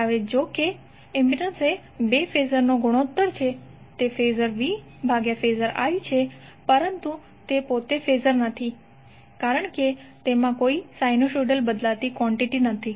હવે જોકે ઇમ્પિડન્સ એ બે ફેઝર નું ગુણોત્તર છે તે ફેઝર V ભાગ્યા ફેઝર I છે પરંતુ તે ફેઝર નથી કારણ કે તેમાં સાઇનોસોઇડલ બદલાતી કોંટિટિ નથી